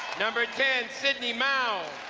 number ten, sydney mouw.